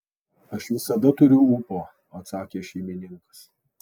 aš visada turiu ūpo atsakė šeimininkas